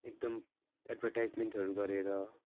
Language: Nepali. एकदम एडभर्टाइजमेन्टहरू गरेर